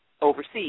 overseas